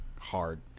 hard